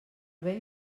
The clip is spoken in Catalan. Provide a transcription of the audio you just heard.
vell